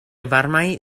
varmaj